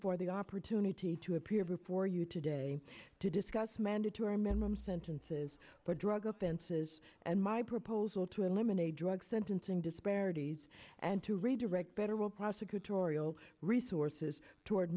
for the opportunity to appear before you today to discuss mandatory minimum sentences but drug offenses and my proposal to eliminate drug sentencing disparities and to redirect better will prosecutorial resources toward